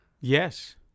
Yes